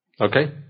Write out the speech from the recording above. okay